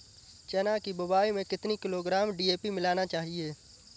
चना की बुवाई में कितनी किलोग्राम डी.ए.पी मिलाना चाहिए?